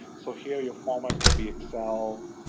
so here your format could be excel,